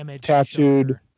tattooed